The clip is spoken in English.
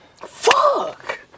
Fuck